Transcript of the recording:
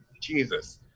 Jesus